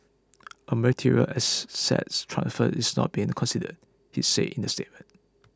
a material asset transfer is not being considered he said in the statement